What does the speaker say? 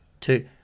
two